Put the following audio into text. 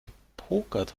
gepokert